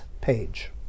page